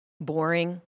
boring